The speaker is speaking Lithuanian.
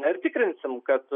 na ir tikrinsim kad